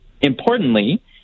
importantly